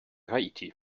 haiti